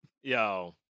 Yo